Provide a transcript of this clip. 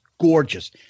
gorgeous